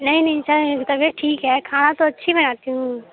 نہیں نہیں سر طبیعت ٹھیک ہے کھانا تو اچھی بناتی ہوں